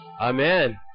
Amen